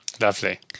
Lovely